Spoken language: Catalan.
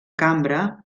cambra